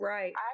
Right